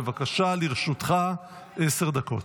בבקשה, לרשותך עשר דקות.